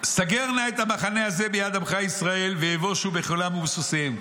"סגר נא את המחנה הזה ביד עמך ישראל ויבושו בחילם ובסוסיהם.